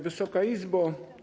Wysoka Izbo!